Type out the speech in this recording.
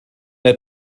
der